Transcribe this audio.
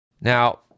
Now